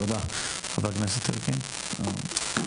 תודה חברת הכנסת מלקו.